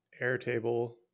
Airtable